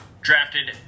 drafted